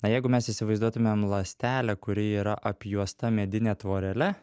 na jeigu mes įsivaizduotumėm ląstelę kuri yra apjuosta medine tvorele